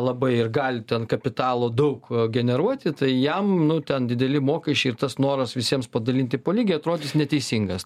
labai ir gali ten kapitalo daug generuoti tai jam nu ten dideli mokesčiai ir tas noras visiems padalinti po lygiai atrodys neteisingas